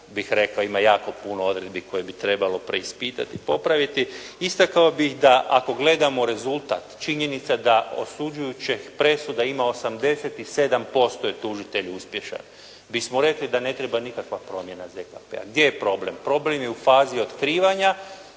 bih rekao, ima jako puno odredbi koje bi trebalo preispitati i popraviti. Istakao bih da ako gledamo rezultat, činjenica da osuđujućih presuda ima 87% je tužitelj uspješan bismo rekli da ne treba nikakva promjena ZKP-a. Gdje je problem? Problem je u fazi otkrivanja,